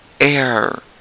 air